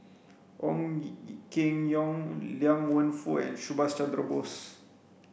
Ong Keng Yong Liang Wenfu and Subhas Chandra Bose